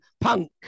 punk